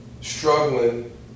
struggling